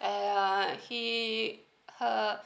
uh he her